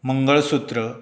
mangalsutra